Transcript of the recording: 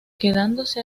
quedándose